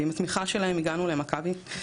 עם התמיכה שלהם הגענו ל- ׳מכבי׳,